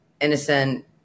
innocent